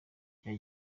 bya